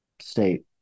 state